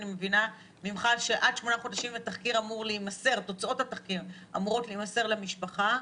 אני מבינה ממך שעד שמונה חודשים תוצאות התחקיר אמורות להימסר למשפחה.